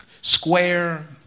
square